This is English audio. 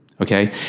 okay